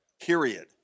period